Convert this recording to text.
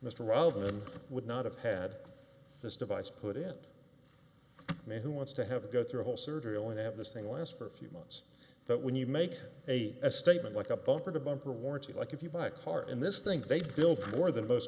robin would not have had this device put it man who wants to have to go through a whole surgery only to have this thing last for a few months but when you make a statement like a bumper to bumper warranty like if you buy a car in this think they've built more than most